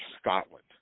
Scotland